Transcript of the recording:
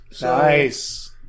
Nice